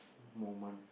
moment